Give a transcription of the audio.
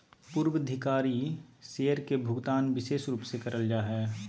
पूर्वाधिकारी शेयर के भुगतान विशेष रूप से करल जा हय